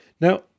Now